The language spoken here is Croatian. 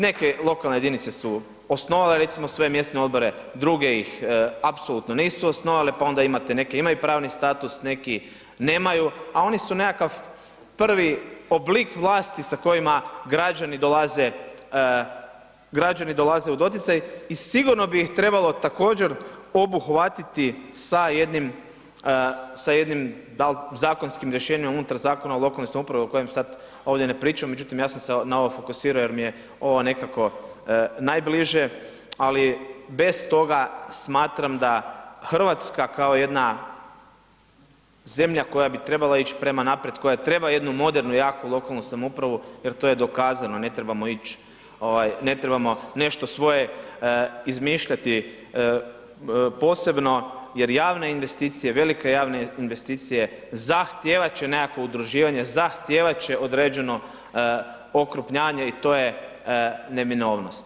Neke lokalne jedinice su osnovale recimo svoje mjesne odbore, druge ih apsolutno nisu osnovale pa onda imate neke imaju pravni status, neki nemaju, a oni su nekakav prvi oblik vlasti sa kojima građani dolaze, građani dolaze u doticaj i sigurno bi ih trebalo također obuhvatiti sa jednim da li zakonskim rješenjem unutar Zakona o lokalnoj samoupravi o kojem sad ovdje ne pričam, međutim ja sam se na ovo fokusirao jer mi je ovo nekako najbliže, ali bez toga smatram da Hrvatska kao jedna zemlja koja bi trebala ići prema naprijed koja treba jednu modernu, jaku lokalnu samoupravu jer to je dokazano, ne trebamo ići, ovaj ne trebamo nešto svoje izmišljati posebno, jer javne investicije, velike javne investicije zahtijevat će nekakvo udruživanje, zahtijevat će određeno okrupnjavanja i to je neminovnost.